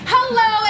Hello